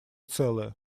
целое